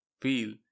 feel